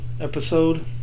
episode